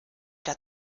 der